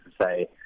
say